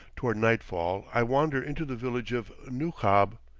toward nightfall i wander into the village of nukhab,